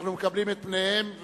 אנחנו מקבלים את פניהם.